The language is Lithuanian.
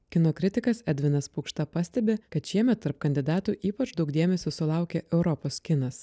kino kritikas edvinas pukšta pastebi kad šiemet tarp kandidatų ypač daug dėmesio sulaukė europos kinas